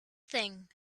thing